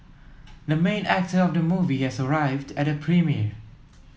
the main actor of the movie has arrived at the premiere